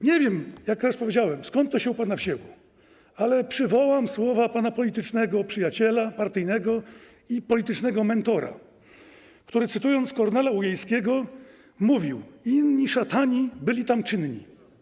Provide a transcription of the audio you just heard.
Nie wiem, jak raz powiedziałem, skąd to się u pana wzięło, ale przywołam słowa pana politycznego przyjaciela, partyjnego i politycznego mentora, który cytując Kornela Ujejskiego, mówił: inni szatani byli tam czynni.